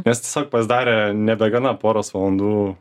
nes tiesiog pasidarė nebegana poros valandų